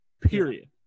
Period